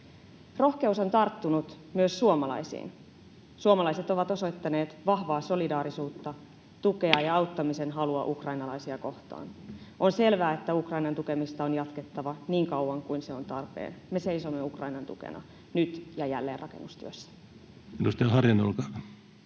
Rohkeus on tarttunut myös suomalaisiin. Suomalaiset ovat osoittaneet vahvaa solidaarisuutta, tukea ja auttamisen halua ukrainalaisia kohtaan. On selvää, että Ukrainan tukemista on jatkettava niin kauan kuin se on tarpeen. Me seisomme Ukrainan tukena nyt ja jälleenrakennustyössä.